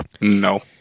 no